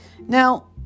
Now